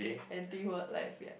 anti wildlife ya